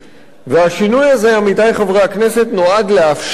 והשינוי הזה, עמיתי חברי הכנסת, נועד לאפשר,